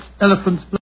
elephants